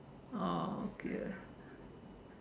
oh okay